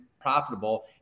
profitable